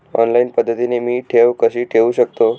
Online पद्धतीने मी ठेव कशी ठेवू शकतो?